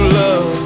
love